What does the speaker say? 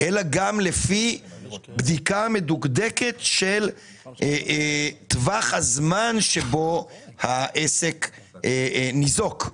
אלא גם לפי בדיקה מדוקדקת של טווח הזמן שבו העסק ניזוק.